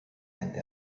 and